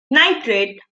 nitrate